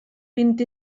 vint